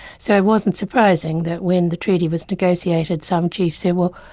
so it wasn't surprising that when the treaty was negotiated, some chiefs said, well,